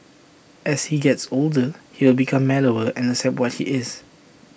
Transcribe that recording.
as he gets older he will become mellower and accept what he is